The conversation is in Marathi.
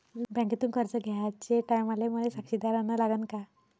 बँकेतून कर्ज घ्याचे टायमाले मले साक्षीदार अन लागन का?